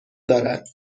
دارد